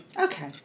okay